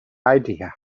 idea